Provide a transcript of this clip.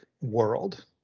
world